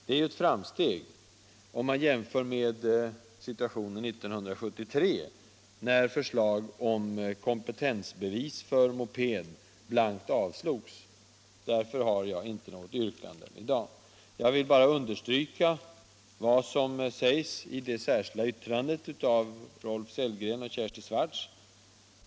Det är ett framsteg om man jämför med situationen 1973 när förslag om kompetensbevis för mopedkörning blankt avslogs. Därför har jag inte något yrkande i dag. Jag vill bara understryka vad som sägs i det särskilda yttrandet av Rolf Sellgren och Kersti Swartz.